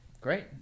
Great